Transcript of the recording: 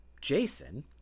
Jason